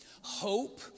hope